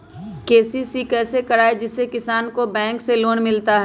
KCC कैसे कराये जिसमे किसान को बैंक से लोन मिलता है?